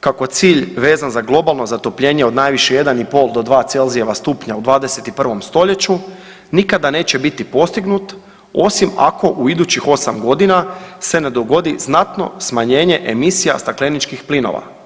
kako cilj vezan za globalno zatopljenje od najviše 1,5 do najviše 2 Celzijeva stupnja u 21. stoljeću nikada neće biti postignut osim ako u idući osam godina se ne dogodi znatno smanjenje emisije stakleničkih plinova.